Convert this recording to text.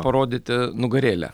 parodyti nugarėlę